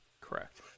Correct